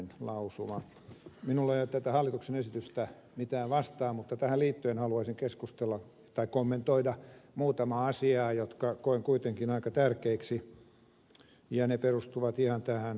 minulla ei ole mitään tätä hallituksen esitystä vastaan mutta tähän liittyen haluaisin kommentoida muutamaa asiaa jotka koen kuitenkin aika tärkeiksi ja ne perustuvat ihan tähän valiokunnan lausuntoon